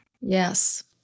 Yes